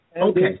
Okay